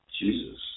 Jesus